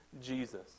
Jesus